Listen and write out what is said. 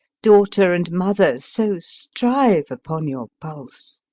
daughter and mother so strive upon your pulse.